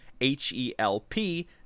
H-E-L-P